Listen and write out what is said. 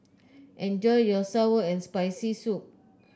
enjoy your sour and Spicy Soup